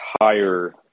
higher